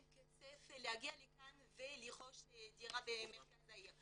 כסף להגיע לכאן ולרכוש דירה במרכז העיר.